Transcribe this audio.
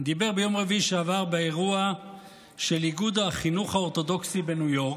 דיבר ביום רביעי שעבר באירוע של איגוד החינוך האורתודוקסי בניו יורק,